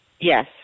Yes